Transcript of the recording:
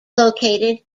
located